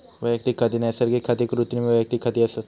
वैयक्तिक खाती नैसर्गिक आणि कृत्रिम वैयक्तिक खाती असत